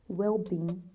well-being